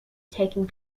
taking